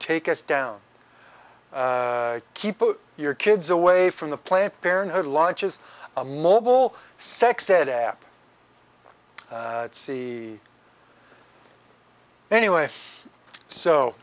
take us down keep your kids away from the planned parenthood launches a mobile sex ed app see anyway so